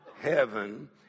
Heaven